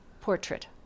portrait